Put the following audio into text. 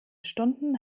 stunden